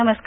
नमस्कार